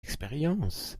expérience